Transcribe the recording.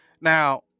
Now